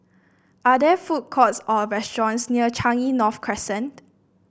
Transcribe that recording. are there food courts or restaurants near Changi North Crescent